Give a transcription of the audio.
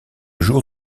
jour